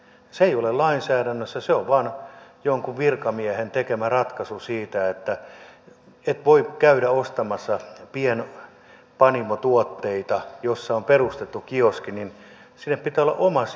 se ei ole lainsäädännössä se on vain jonkun virkamiehen tekemä ratkaisu siitä että et voi käydä ostamassa pienpanimotuotteita jos on perustettu kioski niin sinne pitää olla oma sisäänkäynti